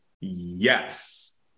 yes